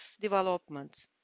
development